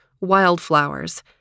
wildflowers